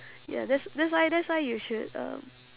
ya that's that's why that's why you should um